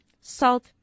salt